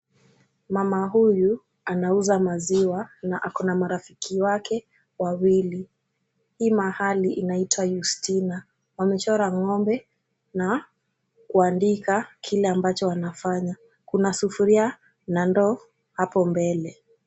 Mama huyu anauza maziwa na ako na marafiki wake wawili. Hii mahali inaitwa Justina. Wamechora ng'ombe na kuandika kile ambacho wanafanya. Kuna sufuria na ndoo hapo mbele.